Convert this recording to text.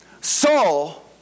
Saul